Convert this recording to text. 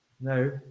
No